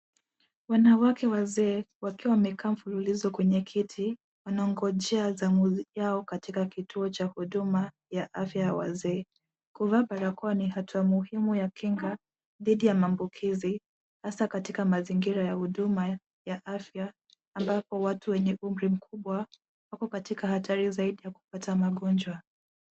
Wanawake wazee wakiwa wamekaa mfululizo kwenye kiti. Wanangojea zamu yao katika kituo cha huduma ya afya ya wazee. Kuvaa barakoa ni hatua muhimu ya kinga dhidi ya maambukizi ,hasa katika mazingira ya huduma ya afya ambapo watu wenye umri mkubwa wako katika hatari zaidi ya kupata magonjwa.